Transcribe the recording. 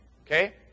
Okay